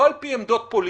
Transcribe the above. לא על פי עמדות פוליטיות,